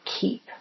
keep